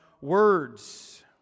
words